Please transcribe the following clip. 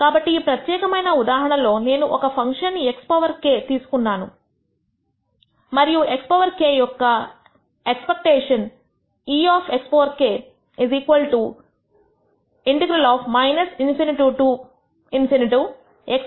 కాబట్టి ఈ ప్రత్యేకమైన ఉదాహరణలో నేను ఒక ఫంక్షన్ x పవర్ k తీసుకున్నాను మరియు x పవర్ k యొక్క expectation Exk ∞∫−∞xk f dx